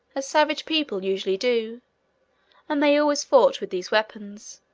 as savage people usually do and they always fought with these weapons.